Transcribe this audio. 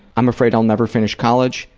i'm afraid i'll never finish college.